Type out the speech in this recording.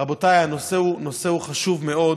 רבותיי, הנושא הוא נושא חשוב מאוד.